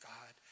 God